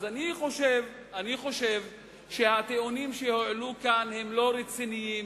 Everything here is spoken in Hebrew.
אני חושב שהטיעונים שהועלו כאן הם לא רציניים,